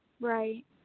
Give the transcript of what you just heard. Right